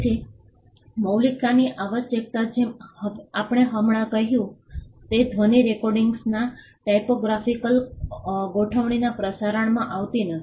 તેથી મૌલિકતાની આવશ્યકતા જેમ આપણે હમણાં કહ્યું છે તે ધ્વનિ રેકોર્ડિંગ્સના ટાઇપોગ્રાફિકલ ગોઠવણીના પ્રસારણમાં આવતી નથી